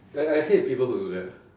like I hate people who do that